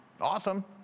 awesome